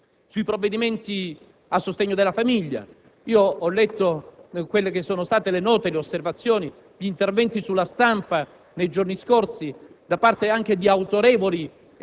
Sui provvedimenti a sostegno della famiglia, ho letto le note e le osservazioni, gli interventi sulla stampa nei giorni scorsi, da parte anche di autorevoli